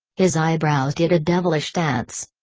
his eyebrows did a devilish dance.